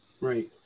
Right